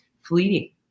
fleeting